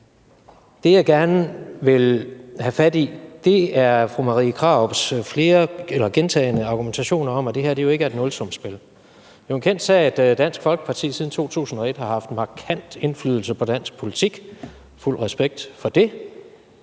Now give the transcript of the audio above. det, jeg gerne vil have fat i, er fru Marie Krarups gentagne argumentationer om, at det her jo ikke er et nulsumsspil. Det er jo en kendt sag, at Dansk Folkeparti siden 2001 har haft en markant indflydelse på dansk politik – fuld respekt for det